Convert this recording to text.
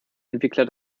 entwickler